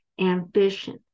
ambition